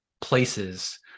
places